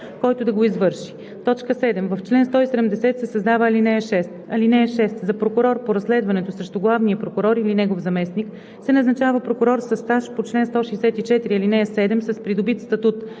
който да го извърши.“ 7. В чл. 170 се създава ал. 6: „(6) За прокурор по разследването срещу главния прокурор или негов заместник се назначава прокурор със стаж по чл. 164, ал. 7, с придобит статут